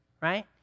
Right